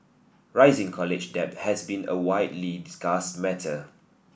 rising college debt has been a widely discussed matter